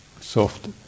soft